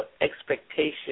expectation